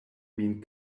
min